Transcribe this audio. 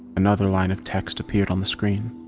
another line of text appeared on the screen.